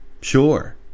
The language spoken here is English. Sure